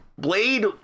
Blade